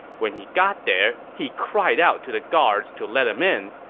when he got there, he cried out to the guards to let him in.